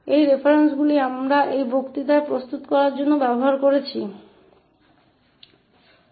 तो ये वे संदर्भ हैं जिनका उपयोग हमने इस व्याख्यान को तैयार करने के लिए किया है